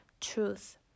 truth